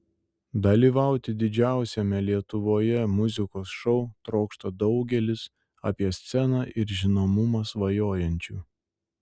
dalyvauti didžiausiame lietuvoje muzikos šou trokšta daugelis apie sceną ir žinomumą svajojančių